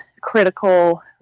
critical